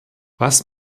was